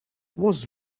was